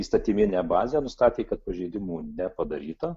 įstatyminę bazę nustatė kad pažeidimų nepadaryta